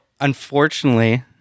unfortunately